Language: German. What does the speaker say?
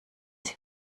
sie